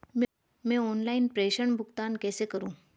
मैं ऑनलाइन प्रेषण भुगतान कैसे करूँ?